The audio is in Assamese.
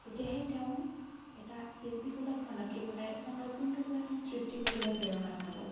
তেতিয়াহে তেওঁ এটা শিল্পীসুলভ মানসিকতাৰে এটা নতুন টুকুৰা তেওঁৰ সৃষ্টি কৰিবলৈ প্ৰেৰণা পাব